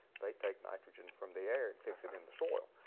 they take nitrogen from the air and fix it in the soil.